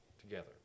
Together